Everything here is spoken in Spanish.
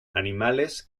animales